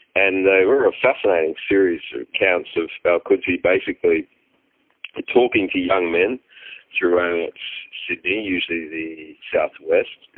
and they were a fascinating series of accounts of alqudsi basically talking to young men throughout sydney, usually the south-west,